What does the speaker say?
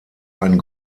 ein